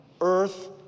earth